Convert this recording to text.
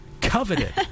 coveted